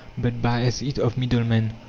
but buys it of middlemen,